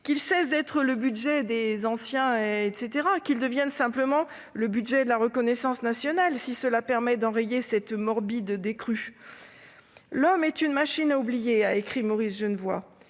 qu'il cesse d'être le budget des anciens quelque chose et devienne simplement le budget de la reconnaissance nationale, si cela permet d'enrayer cette morbide décrue. « L'homme est une machine à oublier », a écrit Maurice Genevoix